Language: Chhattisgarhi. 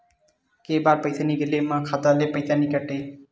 के बार पईसा निकले मा खाता ले पईसा नई काटे?